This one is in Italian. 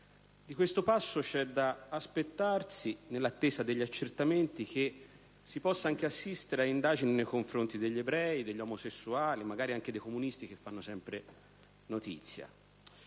Di questo passo, c'è da aspettarsi, nell'attesa degli accertamenti, che si possa anche assistere ad indagini nei confronti degli ebrei, degli omosessuali e magari anche dei comunisti, che fanno sempre notizia.